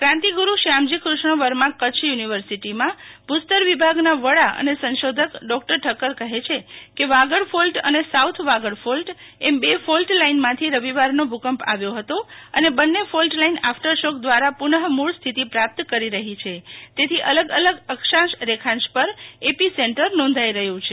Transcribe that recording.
કાંતિગુરુ Shyamji Krishna Varma Kutch university માં ભૂ સ્તર વિભાગ ના વડા અને સંશોધક ડોક્ટર ઠક્કર કહે છે કેવાગડ ફોલ્ટ અને સાઉથ વાગડ ફોલ્ટ એમ બે ફોલ્ટલાઇનમાંથી રવિવારનો ભૂ કંપ આવ્યો હતો અને બંને ફોલ્ટલાઇન આફટરશોક દ્વારા પુન મૂળ સ્થિતિ પ્રાપ્ત કરી રહી છે તેથી અલગ અલગ અક્ષાંશ રેખાંશ પર એપી સેન્ટર નોંધાઇ રહ્યું છે